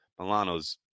Milano's